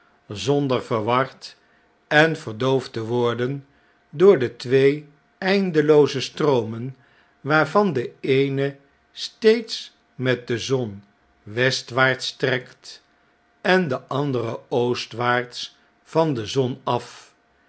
zonder verward en verdool'd te worden door de twee eindelooze stroomen waarvan de eene steeds met de zon westwaarts trekt en de andere oostwaarts van de zon af